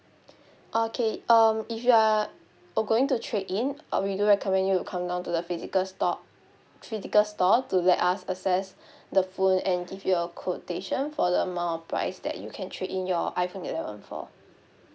okay um if you are oh going to trade in uh we do recommend you to come down to the physical store physical store to let us assess the phone and give you a quotation for the amount of price that you can trade in your iphone eleven for